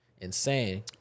insane